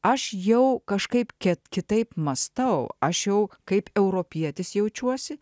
aš jau kažkaip ke kitaip mąstau aš jau kaip europietis jaučiuosi